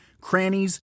crannies